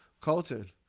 Colton